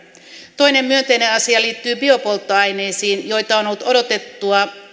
toinen myönteinen asia liittyy biopolttoaineisiin joita on ollut odotettua